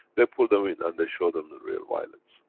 they pulled them in and they showed them the real violence.